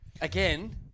Again